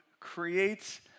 creates